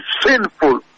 sinful